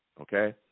Okay